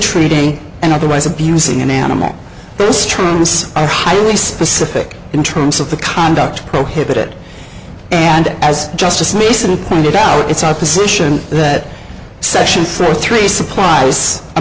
treating and otherwise abusing an animal this trueness i highly specific in terms of the conduct prohibit it and as justice mason pointed out it's our position that session for three supplies a